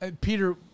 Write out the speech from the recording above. Peter